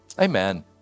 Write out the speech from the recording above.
Amen